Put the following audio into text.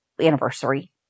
anniversary